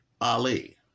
Ali